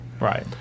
Right